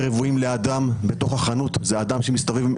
דעתי לא נוחה גם מסוגיית ההסמכה אבל אני לא מציע לאמץ